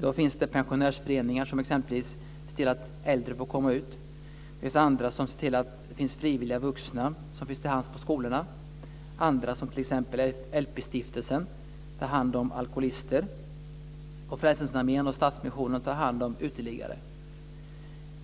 Det finns pensionärsföreningar som ser till att äldre får komma ut. Frivilliga vuxna finns till hands på skolorna. LP-stiftelsen tar hand om alkoholister. Frälsningsarmén och Stadsmissionen tar hand om uteliggare.